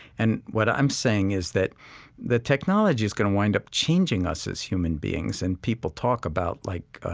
and what i'm saying is that the technology is going to wind up changing us as human beings. and people talk about, like,